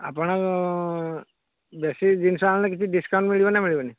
ଆପଣ ବେଶୀ ଜିନିଷ ଆଣିଲେ କିଛି ଡିସକାଉଣ୍ଟ୍ ମିଳିବ ନା ମିଳିବନି